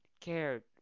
cared